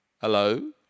Hello